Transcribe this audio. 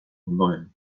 ondoren